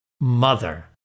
mother